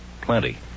Plenty